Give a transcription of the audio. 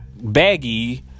baggy